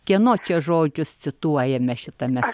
kieno čia žodžius cituojame šitame